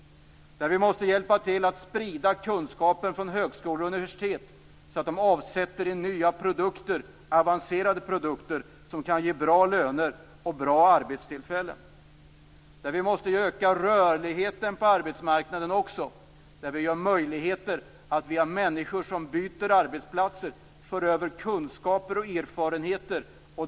Vi måste hjälpa till att sprida kunskapen från högskolor och universitet så att det avsätts nya avancerade produkter som kan ge bra löner och bra arbetstillfällen. Vi måste också öka rörligheten på arbetsmarknaden. Människor som byter arbetsplats för över kunskaper och erfarenheter.